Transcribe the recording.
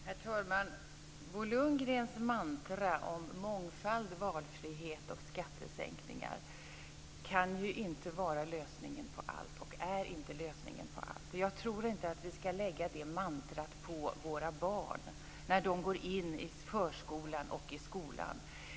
Herr talman! Bo Lundgrens mantra om mångfald, valfrihet och skattesänkningar kan inte vara och är inte lösningen på allt. Jag tror inte att vi ska lägga det mantrat på våra barn när de går in i förskolan och i skolan.